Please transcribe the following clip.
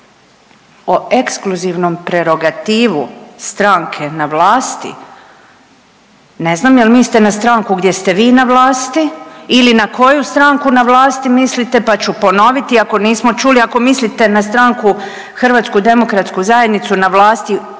O ekskluzivnom prerogativu stranke na vlasti, ne znam jel mislite na stranku gdje ste vi na vlasti ili na koju stranku na vlasti mislite pa ću ponoviti ako nismo čuli, ako mislite na stranku HDZ na vlasti